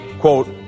quote